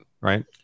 right